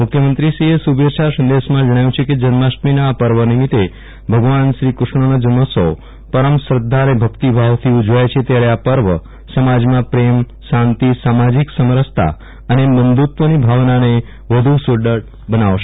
મુખ્યમંત્રીશ્રીએ શુભેચ્છા સંદેશમાં જણાવ્યું છે કે જન્માષ્ટમીના આ પર્વ નિમિત્તે ભગવાન શ્રી ક્રષ્ણનો જન્મોત્સવ પરમ શ્રધ્ધા અને ભક્તિભાવથી ઉજવાય છે ત્યારે આ પર્વ સમાજમાં પ્રેમ શાંતિ સામાજિક સમરસતા અને બંધુત્વની ભાવનાને વધુ સુદ્રઢ બનાવશે